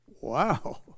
Wow